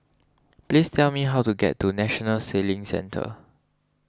please tell me how to get to National Sailing Centre